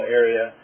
area